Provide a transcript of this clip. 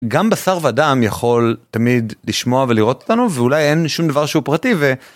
גם בשר ודם יכול תמיד לשמוע ולראות אותנו ואולי אין שום דבר שהוא פרטי ו...